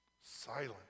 silent